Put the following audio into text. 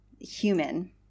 human